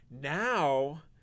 Now